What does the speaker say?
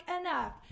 enough